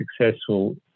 successful